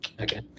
Okay